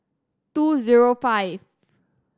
two zero five